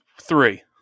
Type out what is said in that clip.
three